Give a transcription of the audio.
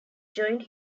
joined